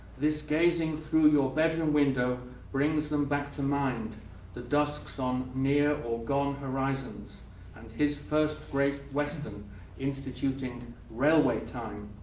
this gazing through your bedroom window brings it back to mind the dusks on near or gone horizons and his first great western instituting railway time.